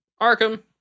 Arkham